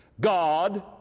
God